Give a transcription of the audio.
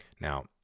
Now